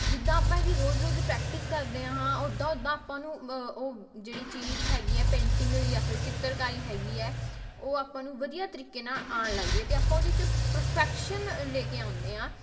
ਜਿੱਦਾਂ ਆਪਾਂ ਇਹਦੀ ਰੋਜ਼ ਰੋਜ਼ ਪ੍ਰੈਕਟਿਸ ਕਰਦੇ ਹਾਂ ਉਦਾਂ ਉਦਾਂ ਆਪਾਂ ਨੂੰ ਉਹ ਜਿਹੜੀ ਚੀਜ਼ ਹੈਗੀ ਹੈ ਪੇਂਟਿੰਗ ਜਾਂ ਫਿਰ ਚਿੱਤਰਕਾਰੀ ਹੈਗੀ ਹੈ ਉਹ ਆਪਾਂ ਨੂੰ ਵਧੀਆ ਤਰੀਕੇ ਨਾਲ ਆਉਣ ਲੱਗਦੀ ਹੈ ਅਤੇ ਆਪਾਂ ਉਹਦੇ 'ਚ ਪਰਫੈਕਸ਼ਨ ਲੈ ਕੇ ਆਉਂਦੇ ਹਾਂ